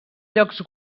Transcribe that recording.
llocs